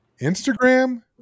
Instagram